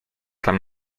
tam